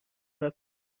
رفت